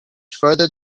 further